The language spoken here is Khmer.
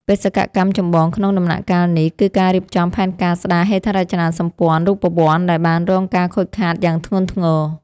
បេសកកម្មចម្បងក្នុងដំណាក់កាលនេះ គឺការរៀបចំផែនការស្តារហេដ្ឋារចនាសម្ព័ន្ធរូបវន្តដែលបានរងការខូចខាតយ៉ាងធ្ងន់ធ្ងរ។